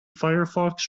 firefox